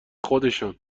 خودشان